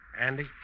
Andy